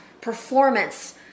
performance